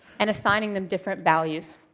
and assigning them different values.